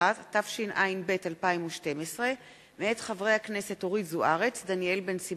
התשע"ב 2012, מאת חברי הכנסת אורלי לוי אבקסיס